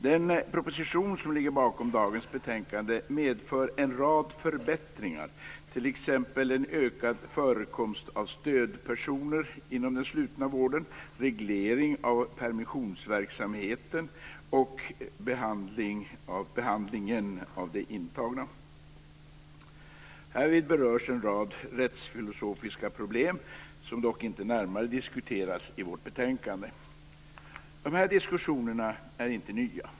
Den proposition som ligger bakom dagens betänkande medför en rad förbättringar, t.ex. en ökad förekomst av stödpersoner inom den slutna vården. Vidare gäller det reglering av permissionsverksamheten och behandlingen av de intagna. Härvid berörs en rad rättsfilosofiska problem som dock inte närmare diskuteras i vårt betänkande men de här diskussionerna är inte nya.